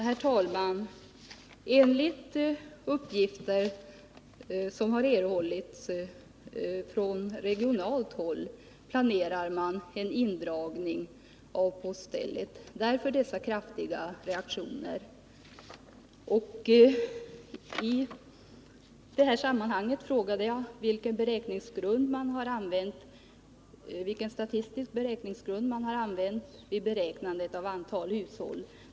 Herr talman! Enligt uppgifter från regionalt håll planeras en indragning av poststället i Karungi, vilket resulterat i dessa kraftiga reaktioner. I det sammanhanget frågade jag vilken statistik man har använt sig av vid beräknandet av antalet hushåll.